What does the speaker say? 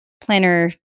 planner